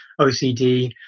OCD